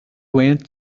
went